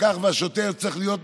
הפקח או השוטר צריך להיות מסביר,